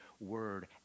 word